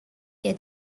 que